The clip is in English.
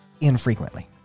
infrequently